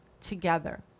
together